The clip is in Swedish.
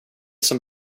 som